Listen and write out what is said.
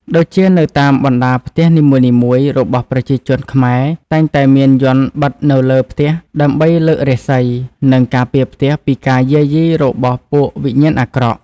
ដូចជានៅតាមបណ្តាផ្ទះនីមួយៗរបស់ប្រជាជនខ្មែរតែងតែមានយន្តបិតនៅលើផ្ទះដើម្បីលើករាសី និងការពារផ្ទះពីការយាយីរបស់ពួកវិញ្ញាណអាក្រក់